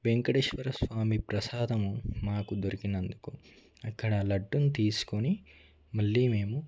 వెంకటేశ్వర స్వామి ప్రసాదం మాకు దొరికినందుకు అక్కడ ఆ లడ్డూని తీసుకుని మళ్ళీ మేము